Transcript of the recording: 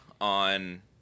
on